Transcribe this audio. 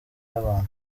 y’abantu